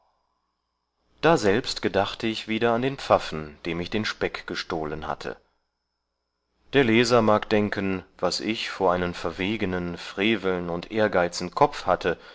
daselbst gedachte ich wieder an den pfaffen dem ich den speck gestohlen hatte der leser mag denken was ich vor einen verwegenen freveln und ehrgeizigen kopf hatte